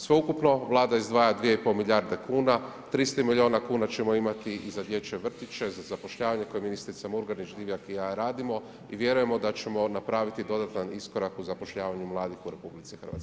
Sveukupno, Vlada izdvaja 2,5 milijardi kuna, 300 milijuna kuna ćemo imati, i za dječje vrtiće, za zapošljavanje, koje ministrica Murganić, Divjak i ja radimo i vjerujemo da ćemo napraviti dodatan iskorak u zapošljavanju mladih u RH.